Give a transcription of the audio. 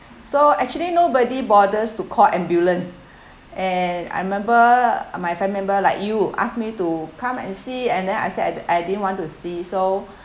so actually nobody bothers to call ambulance and I remember my family member like you asked me to come and see and then I said I I didn't want to see so